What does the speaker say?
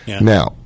Now –